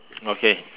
okay